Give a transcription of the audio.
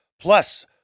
Plus